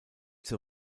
zur